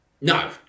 No